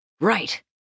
Right